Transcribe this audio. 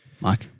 Mike